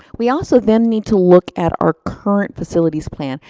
we also then need to look at our current facilities plan.